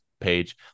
page